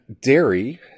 dairy